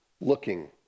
looking